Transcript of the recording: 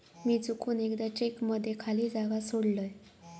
मी चुकून एकदा चेक मध्ये खाली जागा सोडलय